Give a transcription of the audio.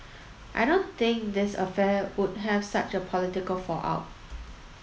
I don't think this affair would have such a political fallout